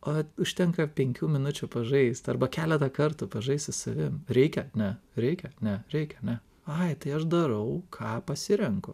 o užtenka penkių minučių pažaist arba keletą kartų pažaist su savim reikia ne reikia ne reikia ne ai tai aš darau ką pasirenku